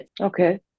Okay